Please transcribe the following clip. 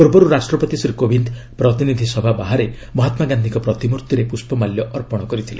ପୂର୍ବର୍ତ୍ତ ରାଷ୍ଟ୍ରପତି ଶ୍ରୀ କୋବିନ୍ଦ ପ୍ରତିନିଧି ସଭା ବାହାରେ ମହାତ୍ଲା ଗାନ୍ଧିଙ୍କ ପ୍ରତିମ୍ଭର୍ତ୍ତିରେ ପ୍ରଷ୍ଣମାଲ୍ୟ ଅର୍ପଣ କରିଥିଲେ